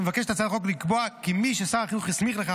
מבקשת הצעת החוק לקבוע כי מי ששר החינוך הסמיך לכך